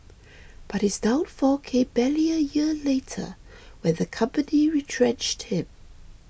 but his downfall came barely a year later when the company retrenched him